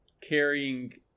carrying